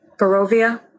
Barovia